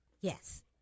Yes